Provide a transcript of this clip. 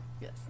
yes